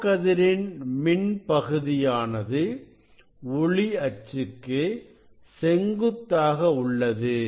O கதிரின் மின் பகுதியானது ஒளி அச்சுக்கு செங்குத்தாக உள்ளது